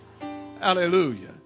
Hallelujah